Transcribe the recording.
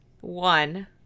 one